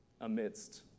amidst